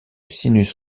sinus